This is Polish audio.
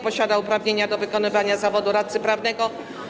Posiada uprawnienia do wykonywania zawodu radcy prawnego.